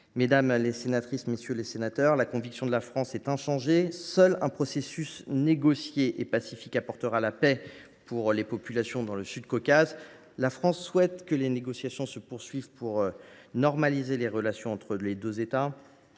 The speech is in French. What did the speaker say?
Mesdames, messieurs les sénateurs, la conviction de la France reste inchangée : seul un processus négocié apportera la paix aux populations du Sud Caucase. La France souhaite que les négociations se poursuivent pour normaliser les relations entre les deux États.